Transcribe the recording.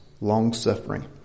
long-suffering